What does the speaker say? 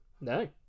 no